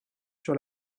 sur